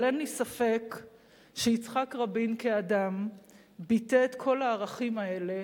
אבל אין לי ספק שיצחק רבין כאדם ביטא את כל הערכים האלה